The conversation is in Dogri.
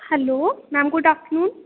hello ma'am good afternoon